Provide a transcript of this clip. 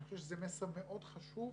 אני חושב שזה מסר מאוד חשוב